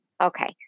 Okay